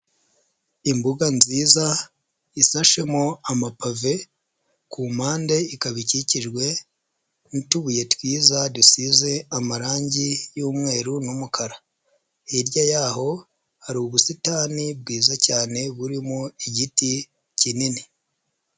Imbuga nziza isashemo amapave ku mpande ikaba ikikijwe n'utubuye twiza dusize amarangi y'umweru n'umukara, hirya y'aho hari ubusitani bwiza cyane burimo igiti kinini.